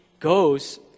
goes